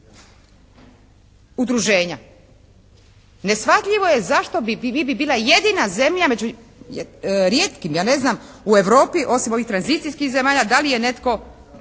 udruženja. Neshvatljivo zašto bi, mi bi bila jedina zemlja među rijetkim ja ne znam u Europi, osim ovih tranzicijskih zemalja, da li je netko